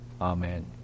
Amen